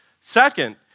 Second